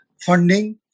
funding